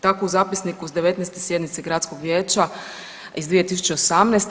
Tako u zapisniku s 19. sjednice gradskog vijeća iz 2018.